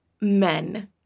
men